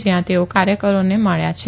જ્યાં તેઓ કાર્યકરોને મળ્યા હતા